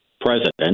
president